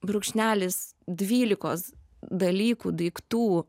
brukšnelis dvylikos dalykų daiktų